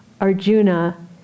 Arjuna